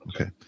okay